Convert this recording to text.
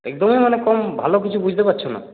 একদমই মানে কম ভালো কিছু বুঝতে পারছ না